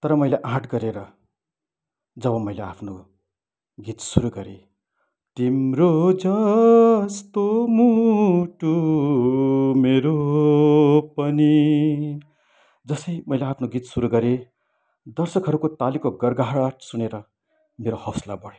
तर मैले आँट गरेर जब मैले आफ्नो गीत सुरु गरेँ तिम्रो जस्तो मुटु मेरो पनि जसै मैले आफ्नो गीत सुरु गरेँ दर्शकहरूको तालीको गडगडाहट सुनेर मेरो हौसला बढ्यो